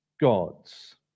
God's